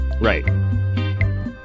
Right